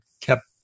kept